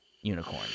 unicorn